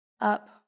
up